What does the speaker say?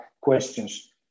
questions